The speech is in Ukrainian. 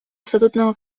статутного